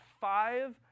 five